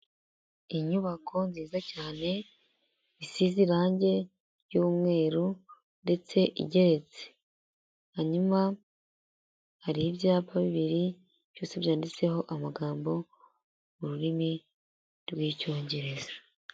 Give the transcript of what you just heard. Inyubako nziza cyane isize irange ry'umweru ndetse igeretse. Hanyuma hari ibyapa bibiri byose byanditseho amagambo mu rurimi rw'icyongereza.